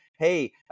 hey